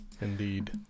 Indeed